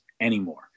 anymore